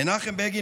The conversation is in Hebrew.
מנחם בגין,